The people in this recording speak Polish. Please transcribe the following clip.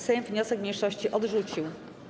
Sejm wniosek mniejszości odrzucił.